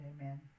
Amen